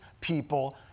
people